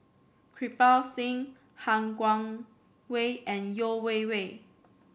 Kirpal Singh Han Guangwei and Yeo Wei Wei